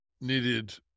needed